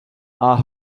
are